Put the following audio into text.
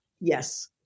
Yes